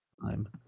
time